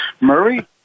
Murray